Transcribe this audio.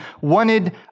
wanted